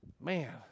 man